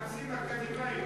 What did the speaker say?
מחפשים אקדמאיות.